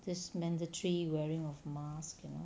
this mandatory wearing of mask you know